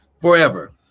Forever